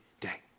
day